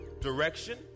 direction